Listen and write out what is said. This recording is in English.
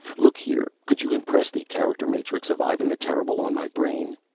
look here, could you impress the character-matrix of ivan the terrible on my brain?